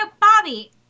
Bobby